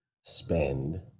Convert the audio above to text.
spend